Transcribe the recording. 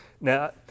Now